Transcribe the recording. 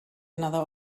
another